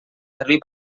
servir